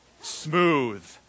Smooth